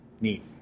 neat